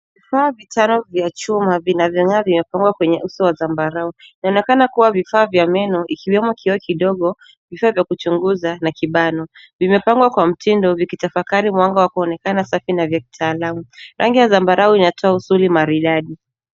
Vifaa vitano vya chuma vinavyong'aa vimepangwa kwenye uso wa zambarau, inaonekana kuwa vifaa vya meno ikiwemo kioo kidogo, vifaa vya kuchunguza na kibano. Vimepangwa kwa mtindo vikitafakari mwanga wa kuonekana safi na vya kitaalamu. Rangi ya zambarau inatoa uso maridadi.